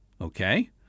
okay